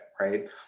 right